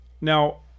Now